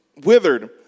withered